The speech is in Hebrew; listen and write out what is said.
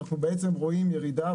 אנחנו רואים ירידה,